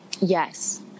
Yes